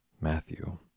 Matthew